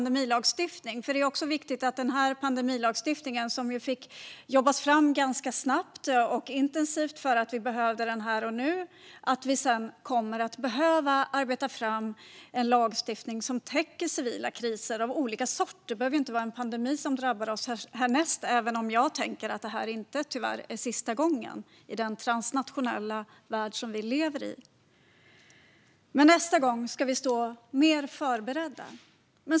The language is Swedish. Det är viktigt att komma ihåg att vi efter denna lagstiftning, som fick jobbas fram ganska snabbt och intensivt eftersom vi behövde den här och nu, kommer att behöva arbeta fram en lagstiftning som täcker civila kriser av olika sorter. Det behöver ju inte vara en pandemi som drabbar oss härnäst, även om jag tänker att detta tyvärr inte är sista gången i den transnationella värld vi lever i. Nästa gång ska vi dock stå mer förberedda.